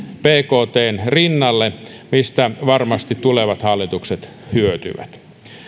bktn rinnalle mistä varmasti tulevat hallitukset hyötyvät